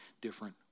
different